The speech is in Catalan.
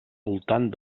voltant